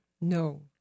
No